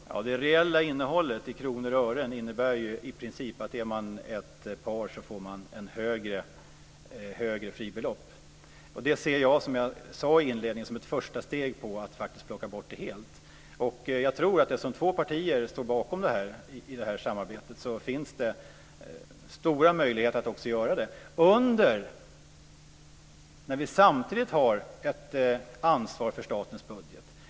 Herr talman! Det reella innehållet i kronor och ören innebär i princip att ett par får ett högre fribelopp. Som jag sade i inledningen ser jag det som ett första steg mot att faktiskt plocka bort detta helt. Eftersom två partier i det här samarbetet står bakom detta tror jag att det finns stora möjligheter att också göra det. Men samtidigt har vi också ett ansvar för statens budget.